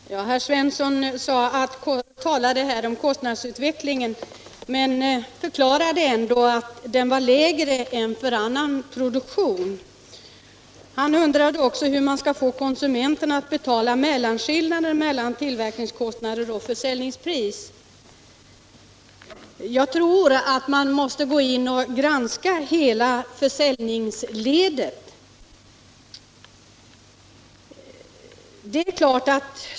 Herr talman! Herr Svensson i Skara talade om kostnadsutvecklingen inom tekobranschen men sade att den ändå var lägre än för annan produktion. Han undrade också hur man skulle kunna få konsumenterna att betala mellanskillnaden mellan tillverkningskostnader och försäljningspris. Ja, jag tror att man måste gå in och granska hela försäljningsledet, för att klargöra kostnadsläget.